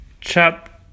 Chapter